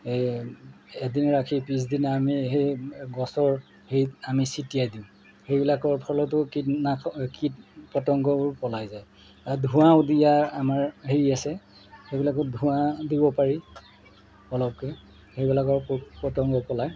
এ এদিন ৰাখি পিছদিনা আমি সেই গছৰ হেৰিত আমি চটিয়াই দিওঁ সেইবিলাকৰ ফলতো কীটনাশ কীট পতংগবোৰ পলাই যায় ধোঁৱাও দিয়া আমাৰ হেৰি আছে সেইবিলাকো ধোঁৱা দিব পাৰি অলপকৈ সেইবিলাকৰ পোক পতংগ পলায়